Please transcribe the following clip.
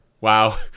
Wow